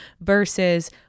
versus